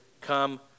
come